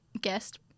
guest